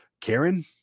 Karen